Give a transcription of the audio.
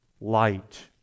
light